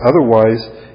Otherwise